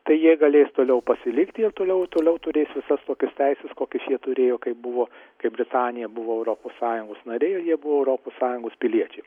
tai jie galės toliau pasilikti ir toliau toliau turės visas tokias teises kokias jie turėjo kai buvo kai britanija buvo europos sąjungos narė ir jie buvo europos sąjungos piliečiai